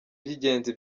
by’ingenzi